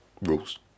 rules